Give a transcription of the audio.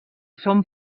són